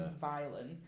violent